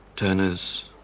turners,